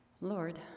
Lord